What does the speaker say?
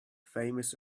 famous